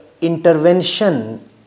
intervention